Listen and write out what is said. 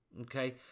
okay